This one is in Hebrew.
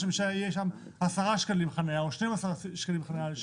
רוצה ששם המחיר יהיה 10 שקלים חניה או 12 שקלים לשעה,